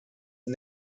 and